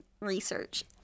research